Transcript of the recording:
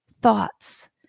thoughts